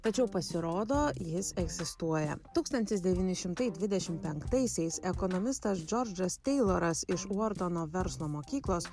tačiau pasirodo jis egzistuoja tūkstantis devyni šimtai dvidešim penktaisiais ekonomistas džordžas teiloras iš vortono verslo mokyklos